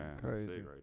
crazy